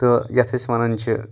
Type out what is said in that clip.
تہٕ یَتھ أسۍ وَنان چھِ